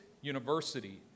University